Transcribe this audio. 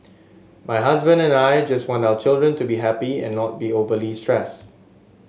my husband and I just want our children to be happy and not be overly stressed